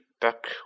back